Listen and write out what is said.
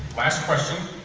last question